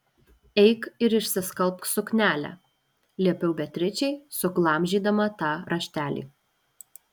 eik ir išsiskalbk suknelę liepiau beatričei suglamžydama tą raštelį